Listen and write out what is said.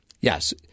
Yes